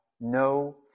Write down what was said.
no